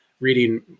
reading